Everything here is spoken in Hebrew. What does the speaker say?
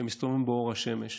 שמסתובבים באור השמש,